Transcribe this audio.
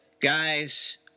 guys